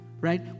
Right